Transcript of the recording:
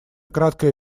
краткое